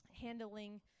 handling